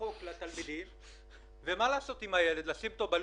כולל אותך אישית,